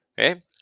okay